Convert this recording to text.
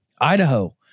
Idaho